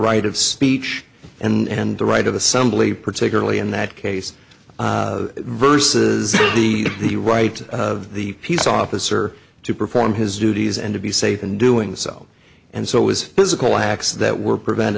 right of speech and the right of assembly particularly in that case versus the the right of the peace officer to perform his duties and to be safe in doing so and so was physical acts that were prevent